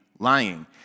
lying